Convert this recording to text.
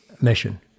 mission